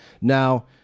Now